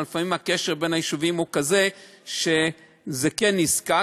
אבל לפעמים הקשר בין היישובים הוא כזה שזה כן נזקק,